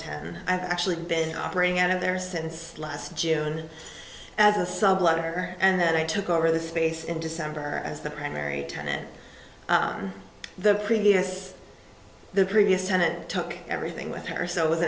ten i've actually been operating out of there since last june as a sub letter and then i took over the space in december as the primary turn it on the previous the previous tenant took everything with her so it was